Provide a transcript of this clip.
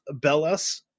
Bellas